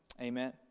Amen